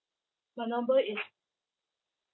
my number is